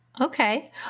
Okay